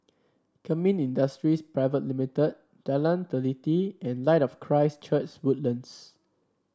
Kemin Industries Private Limit Jalan Teliti and Light of Christ Church Woodlands